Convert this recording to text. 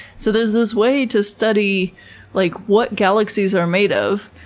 so there's this way to study like what galaxies are made of,